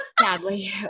Sadly